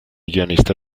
guionista